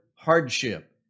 hardship